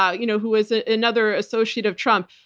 ah you know who was ah another associate of trump.